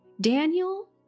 Daniel